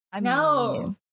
No